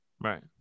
Right